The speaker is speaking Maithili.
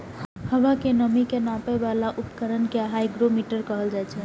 हवा के नमी के नापै बला उपकरण कें हाइग्रोमीटर कहल जाइ छै